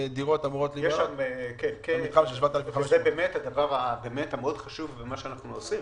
זה באמת חלק חשוב במה שאנחנו עושים.